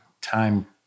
time